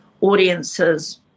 audiences